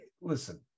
listen